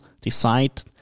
decide